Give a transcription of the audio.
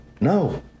No